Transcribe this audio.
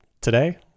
Today